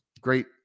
great